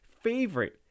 favorite